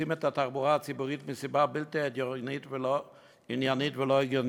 משביתים את התחבורה הציבורית מסיבה לא עניינית ולא הגיונית.